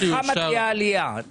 בכמה תהיה העלייה אחרי זה להערכתכם?